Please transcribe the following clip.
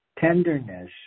tenderness